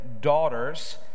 daughters